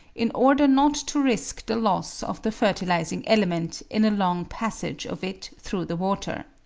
in order not to risk the loss of the fertilising element in a long passage of it through the water.